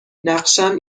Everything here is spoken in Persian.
نقشم